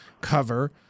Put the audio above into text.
cover